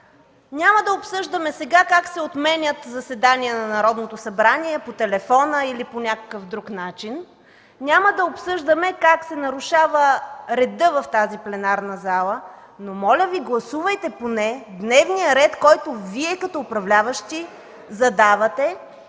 Няма да обсъждаме сега как се отменят заседания на Народното събрание по телефона или по някакъв друг начин, няма да обсъждаме как се нарушава редът в тази пленарна зала, но моля Ви гласувайте поне дневния ред, който Вие като управляващи задавате,